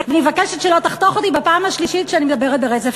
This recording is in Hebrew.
ואני מבקשת שלא תחתוך אותי בפעם השלישית כשאני מדברת ברצף.